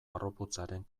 harroputzaren